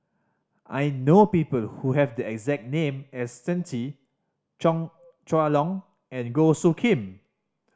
I know people who have the exact name as Shen Xi Chong Chua Long and Goh Soo Khim